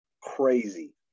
crazy